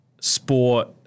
sport